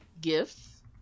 gifts